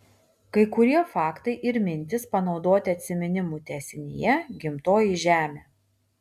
kai kurie faktai ir mintys panaudoti atsiminimų tęsinyje gimtoji žemė